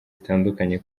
zitandukanye